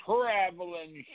Traveling